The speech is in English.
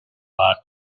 water